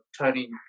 turning